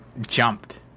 jumped